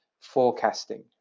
forecasting